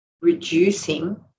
reducing